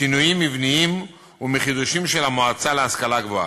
משינויים מבניים ומחידושים של המועצה להשכלה גבוהה.